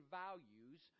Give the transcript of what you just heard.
values